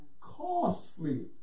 Costly